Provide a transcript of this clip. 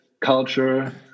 culture